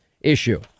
issue